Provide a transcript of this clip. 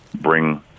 bring